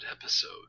episode